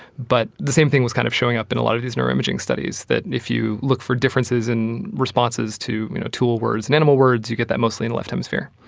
but the same thing was kind of showing up in a lot of these mirror imaging studies, that if you look for differences in responses to you know tool words and animal words you get that mostly in the left hemisphere.